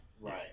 right